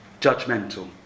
judgmental